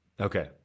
Okay